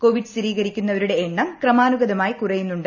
Covid സ്ഥിരീകരിക്കുന്നവരുടെ എണ്ണം ക്രമാനുഗതമായി കുറയുന്നുണ്ട്